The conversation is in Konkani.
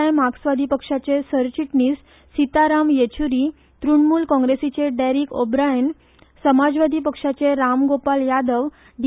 आय माक्सवादी पक्षाचे सरचिटणीस सीताराम येचुरी तृणमुल काँग्रेसीचे डॅरिक ओब्रायन समाजवादी पक्षाचे रामगोपाल यादव डी